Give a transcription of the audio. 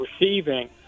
receiving